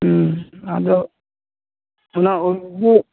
ᱟᱫᱚ ᱚᱱᱟ